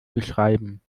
beschreiben